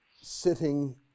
sitting